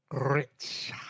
Rich